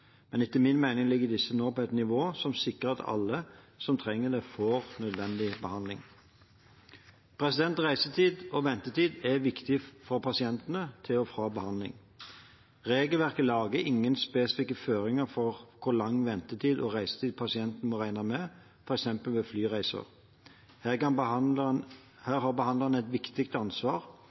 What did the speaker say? men etter min mening ligger disse nå på et nivå som sikrer at alle som trenger det, får nødvendig behandling. Reisetid og ventetid er viktig for pasientene til og fra behandling. Regelverket lager ingen spesifikke føringer for hvor lang ventetid og reisetid pasientene må regne med, f.eks. ved flyreiser. Her